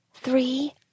Three